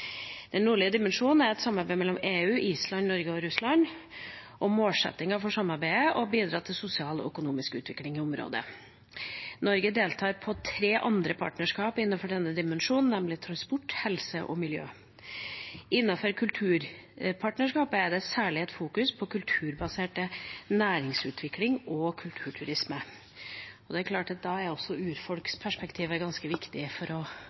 Den nordlige dimensjon er et samarbeid mellom EU, Island, Norge og Russland. Målsettingen for samarbeidet er å bidra til sosial og økonomisk utvikling i området. Norge deltar i tre andre partnerskap innenfor denne dimensjonen, nemlig transport, helse og miljø. Innenfor kulturpartnerskapet er det særlig et fokus på kulturbasert næringsutvikling og kulturturisme. Det er klart at da er også urfolksperspektivet ganske viktig for